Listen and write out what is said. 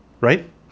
right